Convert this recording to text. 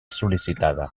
sol·licitada